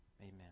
Amen